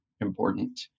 important